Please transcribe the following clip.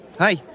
hi